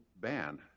ban